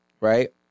right